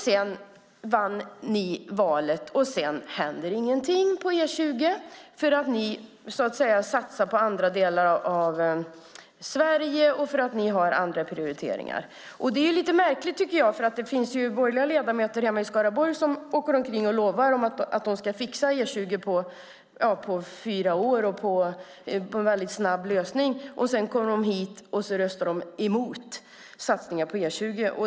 Sedan vann ni valet och nu händer ingenting på E20, därför att ni satsar på andra delar av Sverige och därför att ni gör andra prioriteringar. Det är lite märkligt, för det finns borgerliga ledamöter hemma i Skaraborg som åker omkring och lovar att de ska fixa E20 på fyra år och med väldigt snabb lösning. Sedan kommer de hit och röstar emot satsningar på E20.